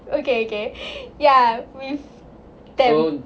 okay okay ya with them